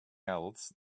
else